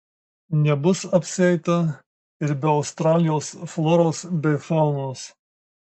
nebus apsieita ir be australijos floros bei faunos